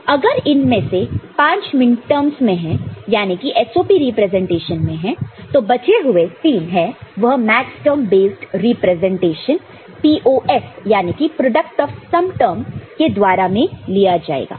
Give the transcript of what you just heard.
अगर इनमें से 5 मिनटर्म्स में है यानी कि SOP रिप्रेजेंटेशन में है तो जो बचे हुए तीन है वह मैक्सटर्म बेस्ड रिप्रेजेंटेशन POS जाने की प्रोडक्ट ऑफ सम फॉर्म के द्वारा में लिया जाएगा